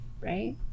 right